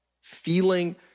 feeling